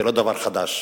זה לא דבר חדש.